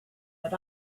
but